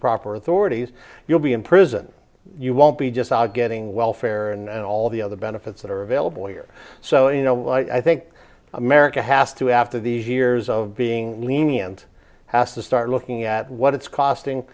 authorities you'll be in prison you won't be just odd getting welfare and all the other benefits that are available here so you know i think america has to after these years of being lenient has to start looking at what it's costing